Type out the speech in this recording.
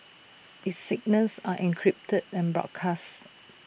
its signals are encrypted and broadcasts